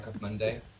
Monday